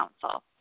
Council